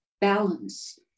balance